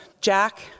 Jack